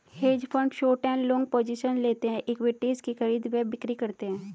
hedge fund short व long positions लेते हैं, इक्विटीज की खरीद व बिक्री करते हैं